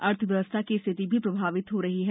अर्थ व्यवस्था की स्थिति भी प्रभावित हो रही है